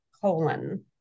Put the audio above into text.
colon